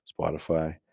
Spotify